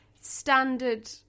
standard